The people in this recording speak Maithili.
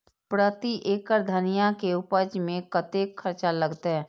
प्रति एकड़ धनिया के उपज में कतेक खर्चा लगते?